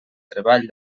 treball